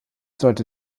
sollte